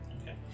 Okay